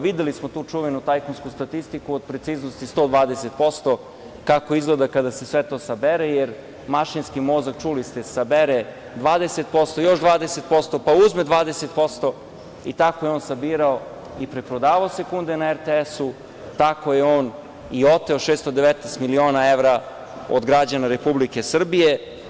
Videli smo tu čuvenu tajkunsku statistiku od preciznosti 120% kako izgleda kada se sve to sabere, jer mašinski mozak, čuli ste, sabere 20%, još 20%, pa uzme 20% i tako je on sabirao i preprodavao sekunde na RTS-u, tako je on i oteo 619 miliona evra od građana Republike Srbije.